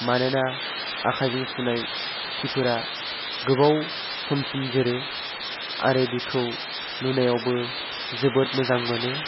मानोना आखाइजों सुनाय सिफोरा गोबाव समसिम जोरो आरो बिखौ नुनायावबो जोबोद मोजां मोनो